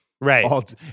Right